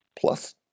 plus